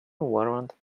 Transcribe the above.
warrant